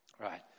Right